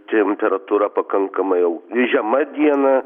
temperatūra pakankamai jau žema dieną